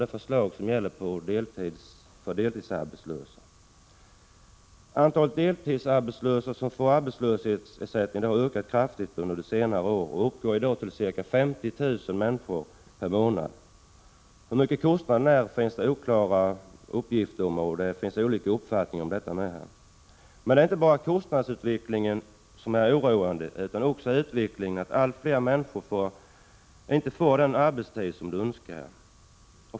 Det verkar som om det blir en debatt om det. Antalet deltidsarbetslösa som får arbetslöshetsersättning har ökat kraftigt under senare år och uppgår i dag till ca 50 000 per månad. Uppgifterna om kostnaden för denna ersättning är oklara. Det finns också olika uppfattningar om den. Men det är inte bara kostnadsutvecklingen som är oroande, utan också utvecklingen mot att allt fler människor inte får arbeta i den utsträckning de önskar.